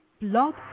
Blog